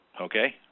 Okay